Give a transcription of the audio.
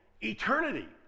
eternity